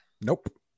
Nope